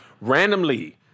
Randomly